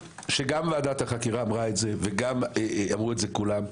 גם ועדת החקירה אמרה את זה ואמרו את זה כולם,